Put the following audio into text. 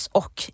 och